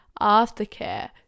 aftercare